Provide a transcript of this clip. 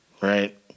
Right